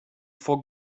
for